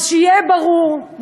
אז שיהיה ברור,